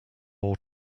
more